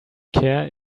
care